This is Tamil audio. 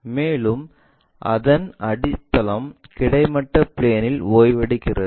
மேலும் இந்த அடித்தளம் கிடைமட்ட பிளேன்இல் ஓய்வெடுக்கிறது